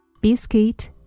Biscuit